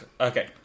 Okay